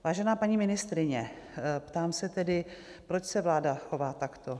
Vážená paní ministryně, ptám se tedy, proč se vláda chová takto?